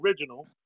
original